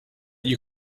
you